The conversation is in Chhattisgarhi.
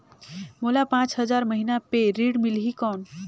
मोला पांच हजार महीना पे ऋण मिलही कौन?